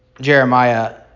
Jeremiah